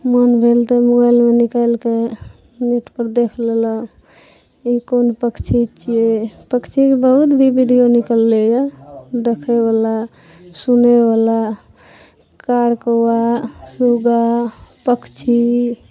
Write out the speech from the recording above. मोन भेल तऽ मोबाइलो निकालि कऽ नेट पर देख लेलहुॅं ई कोन पक्षी छियै पक्षीके बहुत भी बीडियो निकललैया देखैबला सुनैबला कार कौआ सूगा पक्षी